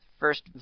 first